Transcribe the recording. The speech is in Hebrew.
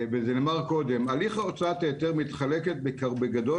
וזה נאמר קודם הליך הוצאת ההיתר מתחלק בגדול